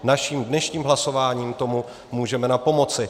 Naším dnešním hlasováním tomu můžeme napomoci.